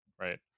Right